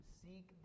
seek